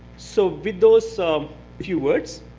so with those so few words,